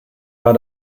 war